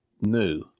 new